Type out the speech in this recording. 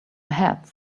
heads